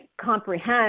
comprehend